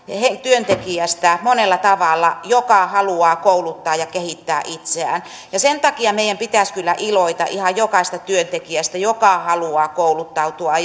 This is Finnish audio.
työntekijästä joka haluaa kouluttaa ja kehittää itseään ja sen takia meidän pitäisi kyllä iloita ihan jokaisesta työntekijästä joka haluaa kouluttautua